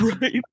Right